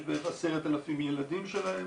יש בערך 10,000 ילדים שלהם,